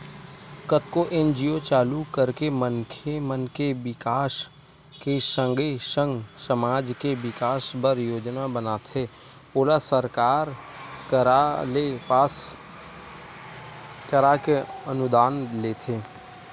कतको एन.जी.ओ चालू करके मनखे मन के बिकास के संगे संग समाज के बिकास बर योजना बनाथे ओला सरकार करा ले पास कराके अनुदान लेथे